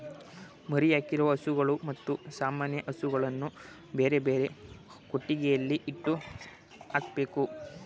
ಮರಿಯಾಕಿರುವ ಹಸುಗಳು ಮತ್ತು ಸಾಮಾನ್ಯ ಹಸುಗಳನ್ನು ಬೇರೆಬೇರೆ ಕೊಟ್ಟಿಗೆಯಲ್ಲಿ ಇಟ್ಟು ಹಾಕ್ಬೇಕು